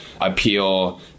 appeal